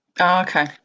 okay